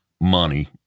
money